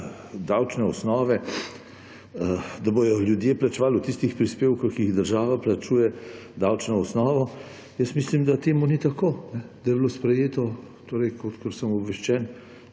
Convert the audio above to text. davčne osnove, da bodo ljudje plačevali od tistih prispevkov, ki jih država plačuje, davčno osnovo, jaz mislim, da temu ni tako. Da je bilo sprejeto, kolikor sem obveščen,